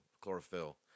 chlorophyll